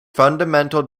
fundamental